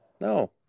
No